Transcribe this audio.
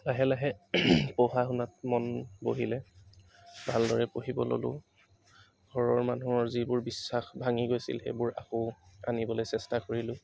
লাহে লাহে পঢ়া শুনাত মন বহিলে ভালদৰে পঢ়িব ল'লোঁ ঘৰৰ মানুহৰ যিবোৰ বিশ্বাস ভাঙি গৈছিল সেইবোৰ আকৌ আনিবলৈ চেষ্টা কৰিলো